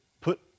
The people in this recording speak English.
put